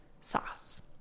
sauce